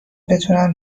بتونم